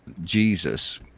Jesus